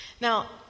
Now